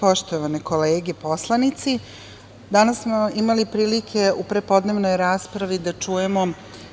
poštovane kolege poslanici, danas smo imali prilike u prepodnevnoj raspravi da čujemo